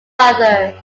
other